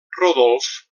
rodolf